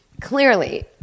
clearly